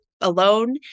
alone